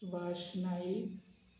Subhash Naik